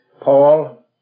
Paul